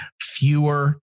fewer